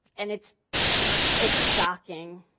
and it's it's shocking,